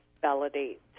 validate